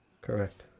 correct